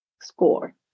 score